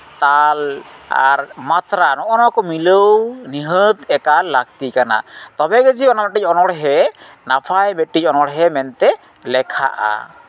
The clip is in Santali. ᱛᱟᱞ ᱟᱨ ᱢᱟᱛᱨᱟ ᱱᱚᱜᱼᱚᱭ ᱱᱟ ᱠᱚ ᱢᱤᱞᱟᱹᱣ ᱱᱤᱦᱟᱹᱛ ᱮᱠᱟᱞ ᱞᱟᱹᱠᱛᱤ ᱠᱟᱱᱟ ᱛᱚᱵᱮ ᱜᱮ ᱡᱮ ᱚᱱᱟ ᱢᱤᱫᱴᱤᱡ ᱚᱱᱚᱬᱮᱸ ᱱᱟᱯᱟᱭ ᱢᱤᱫᱴᱤᱡ ᱚᱱᱚᱬᱦᱮᱸ ᱢᱮᱱᱛᱮ ᱞᱮᱠᱷᱟᱜᱼᱟ